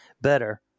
better